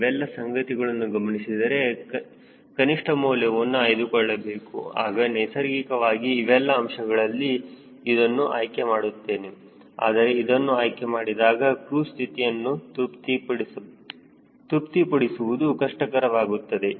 ಇವೆಲ್ಲ ಸಂಗತಿಗಳನ್ನು ಗಮನಿಸಿದರೆ ಕನಿಷ್ಠ ಮೌಲ್ಯವನ್ನು ಆಯ್ದುಕೊಳ್ಳಬೇಕು ಆಗ ನೈಸರ್ಗಿಕವಾಗಿ ಇವೆಲ್ಲ ಅಂಶಗಳಲ್ಲಿ ಇದನ್ನು ಆಯ್ಕೆ ಮಾಡುತ್ತೇನೆ ಆದರೆ ಇದನ್ನು ಆಯ್ಕೆ ಮಾಡಿದಾಗ ಕ್ರೂಜ್ ಸ್ಥಿತಿಯನ್ನು ತೃಪ್ತಿಪಡಿಸುವುದು ಕಷ್ಟಕರವಾಗುತ್ತದೆ